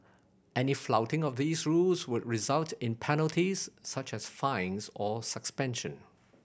any flouting of these rules would result in penalties such as fines or suspension